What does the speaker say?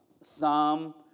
Psalm